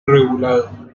regulado